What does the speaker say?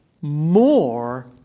more